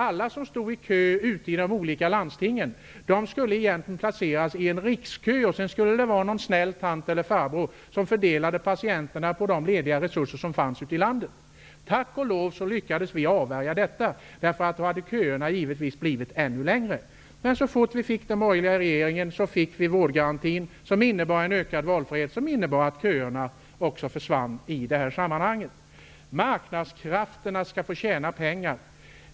Alla som stod i kö ute i de olika landstingen skulle placeras i en rikskö, och sedan skulle någon snäll tant eller farbror fördela patienterna på de lediga resurser som fanns i landet. Tack och lov lyckades vi avvärja detta. Annars hade köerna givetvis blivit ännu längre. Så fort vi fick den borgerliga regeringen fick vi vårdgarantin, som innebar en ökad valfrihet som ledde till att köerna försvann. Marknadskrafterna skall få tjäna pengar,